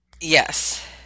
Yes